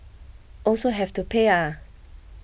also have to pay ah